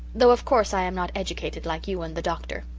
though of course i am not educated like you and the doctor.